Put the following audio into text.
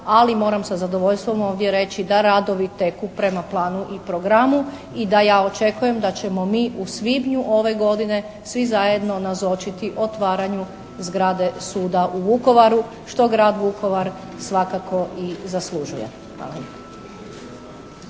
ali moram sa zadovoljstvom ovdje reći da radovi teku prema planu i programu i da ja očekujem da ćemo mi u svibnju ove godine svi zajedno nazočiti otvaranju zgrade suda u Vukovaru, što grad Vukovar svakako i zaslužuje.